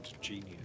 genius